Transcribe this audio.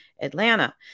Atlanta